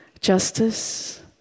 justice